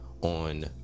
on